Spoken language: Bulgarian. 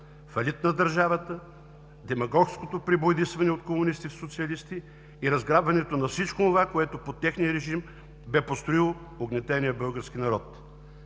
фалит на държавата, демагогското пребоядисване от комунисти в социалисти и разграбването на всичко онова, което под техния режим бе построил угнетеният български народ.